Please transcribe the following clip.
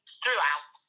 throughout